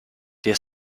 der